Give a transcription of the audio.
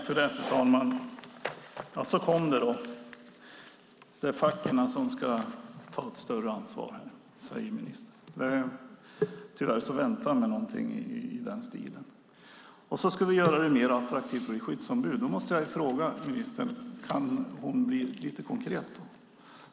Fru talman! Det är facken som ska ta ett större ansvar, säger ministern. Jag väntade mig något i den stilen. Vi ska göra det mer attraktivt att bli skyddsombud. Kan ministern vara mer konkret?